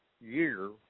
year